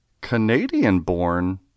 Canadian-born